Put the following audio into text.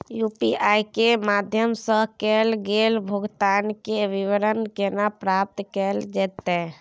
UPI के माध्यम सं कैल गेल भुगतान, के विवरण केना प्राप्त कैल जेतै?